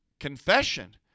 confession